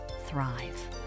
thrive